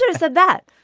you know said that